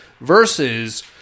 versus